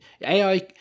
AI